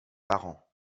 parents